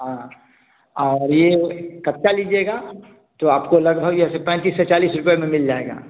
हाँ और यह कच्चा लीजिएगा तो आपको लगभग जैसे पैंतीस से चालीस रुपये में मिल जाएगा